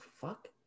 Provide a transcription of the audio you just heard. fuck